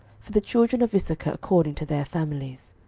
for the children of issachar according to their families.